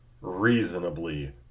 reasonably